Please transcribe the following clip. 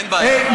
אין בעיה.